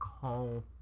call